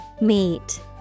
Meet